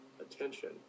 attention